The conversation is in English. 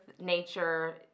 nature